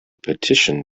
petition